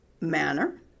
manner